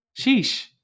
sheesh